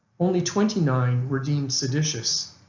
only twenty nine were deemed seditious,